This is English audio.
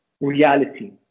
reality